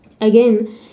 Again